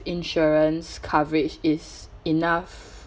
insurance coverage is enough